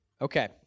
Okay